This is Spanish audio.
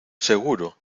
seguro